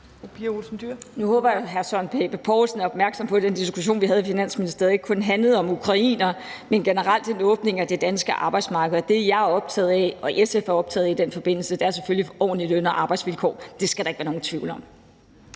Nu håber jeg, at hr. Søren Pape Poulsen er opmærksom på, at den diskussion, vi havde i Finansministeriet, ikke kun handlede om ukrainere, men generelt om en åbning af det danske arbejdsmarked. Og det, jeg og SF er optaget af i den forbindelse, er selvfølgelig ordentlige løn- og arbejdsvilkår. Det skal der ikke være nogen tvivl om.